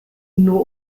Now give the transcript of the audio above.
nur